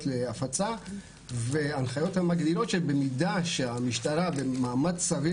להפצה וההנחיות מגדירות גם שבמידה שהמשטרה במאמץ סביר,